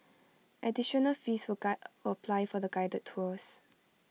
additional fees will apply for the guided tours